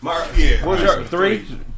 three